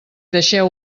deixeu